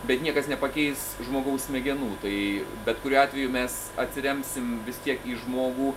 bet niekas nepakeis žmogaus smegenų tai bet kuriuo atveju mes atsiremsim vis tiek į žmogų